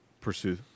pursue